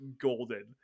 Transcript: golden